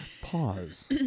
Pause